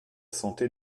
santé